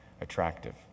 attractive